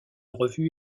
revue